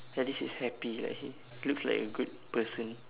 ya this is happy like he looks like a good person